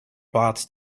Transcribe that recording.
bots